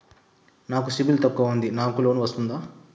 నాకు సిబిల్ తక్కువ ఉంది నాకు లోన్ వస్తుందా?